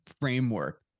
framework